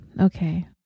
Okay